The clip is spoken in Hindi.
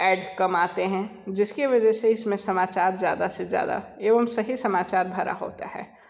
एड कम आते हैं जिसके वजह से इसमें समाचार ज़्यादा से ज़्यादा एवं सही समाचार भरा होता है